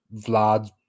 Vlad